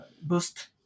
boost